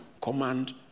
command